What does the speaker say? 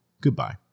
Goodbye